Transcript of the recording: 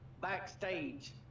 backstage